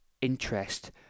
interest